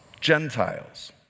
Gentiles